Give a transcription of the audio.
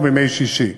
ובימי שישי.